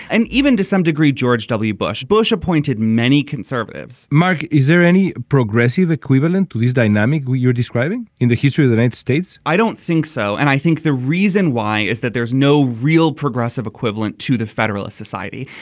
and even to some degree george w. bush. bush appointed many conservatives mark is there any progressive equivalent to this dynamic you're describing in the history of the red states i don't think so and i think the reason why is that there is no real progressive equivalent to the federalist society.